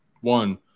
One